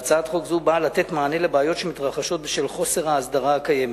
והצעת חוק זו באה לתת מענה לבעיות שמתרחשות בשל חוסר ההסדרה הקיים.